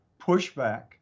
pushback